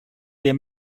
der